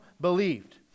believed